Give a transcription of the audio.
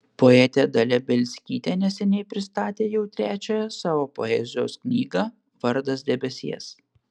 poetė dalia bielskytė neseniai pristatė jau trečiąją savo poezijos knygą vardas debesies